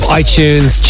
iTunes